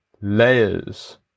layers